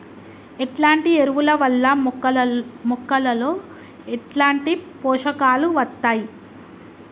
ఎట్లాంటి ఎరువుల వల్ల మొక్కలలో ఎట్లాంటి పోషకాలు వత్తయ్?